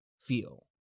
feel